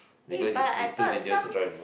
eh but I thought some